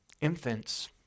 Infants